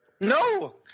No